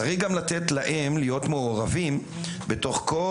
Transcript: צריך לתת להם להיות מעורבים בתוך כל